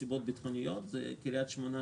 בשל סיבות ביטחוניות: קריית שמונה,